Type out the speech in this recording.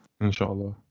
inshallah